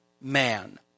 man